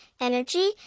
energy